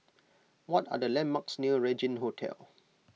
what are the landmarks near Regin Hotel